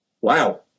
wow